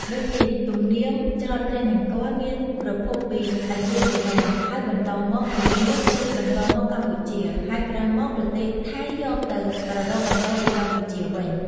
ដូចនេះទំនៀមច្រត់ព្រះនង្គ័លមានប្រភពពី ឥណ្ឌាបុរាណ ហើយបន្តមក ភូមា រួចបន្តមកកម្ពុជា ហើយក្រោយមកប្រទេសថៃយកទៅប្រារព្ធបន្តពីកម្ពុជាវិញ។